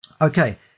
Okay